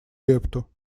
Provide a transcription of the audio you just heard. лепту